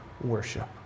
worship